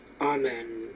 Amen